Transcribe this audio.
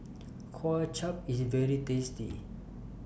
Kuay Chap IS very tasty